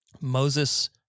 Moses